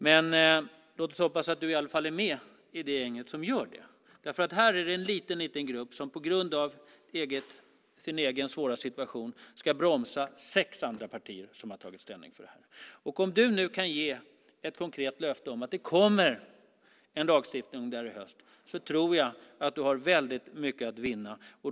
Men låt oss hoppas att du är med i gänget som gör arbetet. Här är det en liten grupp som på grund av sin egen svåra situation ska bromsa sex andra partier som har tagit ställning. Om du kan ge ett konkret löfte om att det kommer ett lagstiftningsförslag i höst tror jag att du har mycket att vinna.